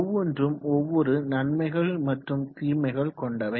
ஒவ்வொன்றும் ஒவ்வொரு நன்மைகள் மற்றுறு தீமைகள் கொண்டவை